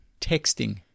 texting